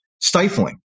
stifling